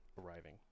arriving